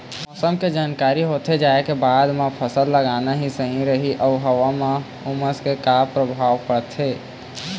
मौसम के जानकारी होथे जाए के बाद मा फसल लगाना सही रही अऊ हवा मा उमस के का परभाव पड़थे?